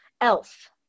elf